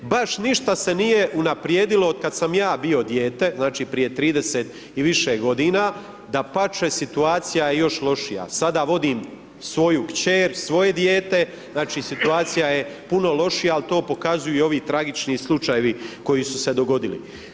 Baš ništa se nije unaprijedilo otkad sam ja bio dijete, znači, prije 30 i više godina, dapače, situacija je još lošija, sada vodim svoju kćer, svoje dijete, znači, situacija je puno lošija, al to pokazuju i ovi tragični slučajevi koji su se dogodili.